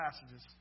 passages